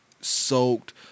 soaked